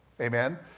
Amen